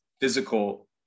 physical